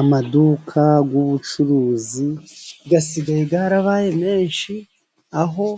Amaduka y'ubucuruzi asigaye yarabaye menshi, aho